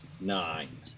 nine